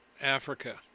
Africa